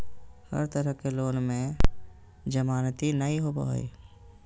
हर तरह के लोन में जमानती नय होबो हइ